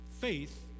faith